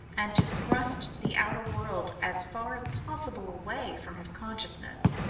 and to thrust the outer world as far as possible away from his consciousness.